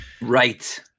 Right